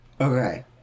Okay